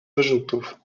wyrzutów